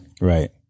Right